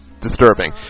disturbing